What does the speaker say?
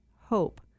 hope